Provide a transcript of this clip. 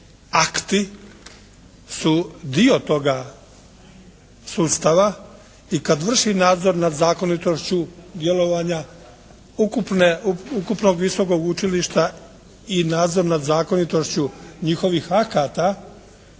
akti su dio toga sustava i kad vrši nadzor nad zakonitošću djelovanja ukupnog visokog učilišta i nadzor nad zakonitošću njihovih akata